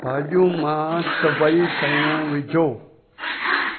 भाजि॒यूं मां सभई शयूं विझो